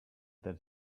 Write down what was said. that